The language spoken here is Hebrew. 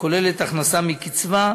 שכוללת הכנסה מקצבה,